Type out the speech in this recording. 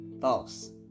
false